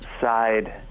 side